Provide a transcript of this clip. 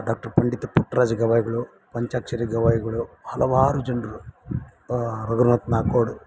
doctor Pandit Puttaraja ಗವಾಯಿಗಳು ಪಂಚಾಕ್ಷರಿ ಗವಾಯಿಗಳು ಹಲವಾರು ಜನರು ರಘುನಾಥ್ ನಾಕೋಡ್